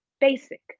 basic